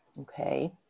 Okay